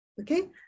Okay